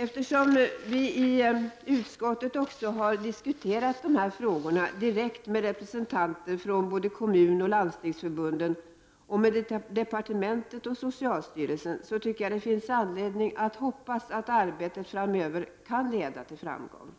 Eftersom vi i utskottet också har diskuterat de här frågorna direkt med representanter från både kommunoch landstingsförbunden och från departementet och socialstyrelsen, tycker jag att det finns anledning att hoppas att arbetet framöver kan leda till framgång.